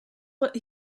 what